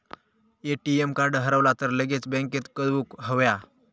ATM card हरवला तर लगेच बँकेत कळवुक हव्या